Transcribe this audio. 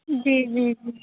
جی جی جی